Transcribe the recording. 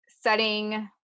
setting